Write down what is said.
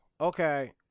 okay